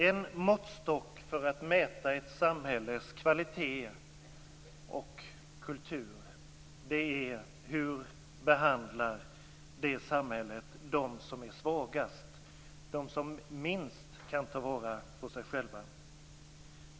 En måttstock för att mäta ett samhälles kvalitet och kultur är hur det samhället behandlar de människor som är svagast, de som minst kan ta vara på sig själva.